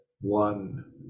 one